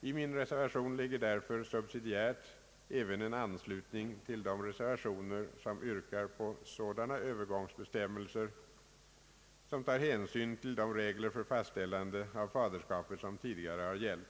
I min reservation ligger därför subsidiärt även en anslutning till de reservationer, som yrkar på sådana övergångsbestämmelser, som tar hänsyn till de regler för fastställande av faderskapet, vilka tidigare har gällt.